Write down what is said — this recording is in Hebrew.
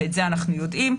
ואת זה אנחנו יודעים,